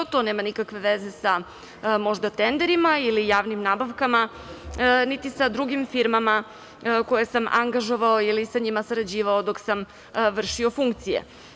To nema nikakve veze sa možda tenderima ili javnim nabavkama, niti sa drugim firmama koje sam angažovao ili sa njima sarađivao dok sam vršio funkcije.